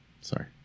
Sorry